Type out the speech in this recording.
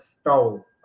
stole